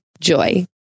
Joy